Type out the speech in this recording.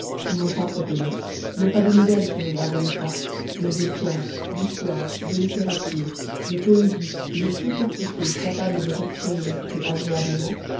où l'on s'entretenait non pas de nouvelles qui regardaient l'état mais de sciences d'histoire de littérature de poésie et de toute autre chose capable de récréer l'esprit agréablement